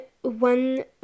one